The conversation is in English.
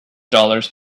dollars